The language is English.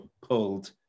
pulled